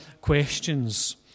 questions